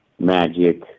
magic